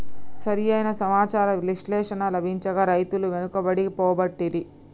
సరి అయిన సమాచార విశ్లేషణ లభించక రైతులు వెనుకబడి పోబట్టిరి